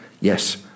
yes